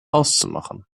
auszumachen